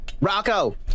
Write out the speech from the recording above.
Rocco